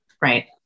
Right